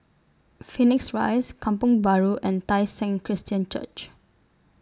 Phoenix Rise Kampong Bahru and Tai Seng Christian Church